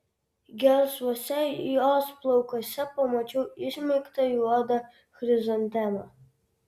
gelsvuose jos plaukuose pamačiau įsmeigtą juodą chrizantemą